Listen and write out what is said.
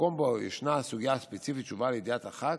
במקום שבו ישנה סוגיה ספציפית שהובאה לידיעת הח"כ,